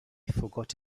forgot